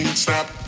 Stop